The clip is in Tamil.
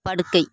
படுக்கை